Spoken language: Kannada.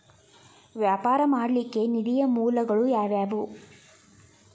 ವ್ಯಾಪಾರ ಮಾಡ್ಲಿಕ್ಕೆ ನಿಧಿಯ ಮೂಲಗಳು ಯಾವ್ಯಾವು?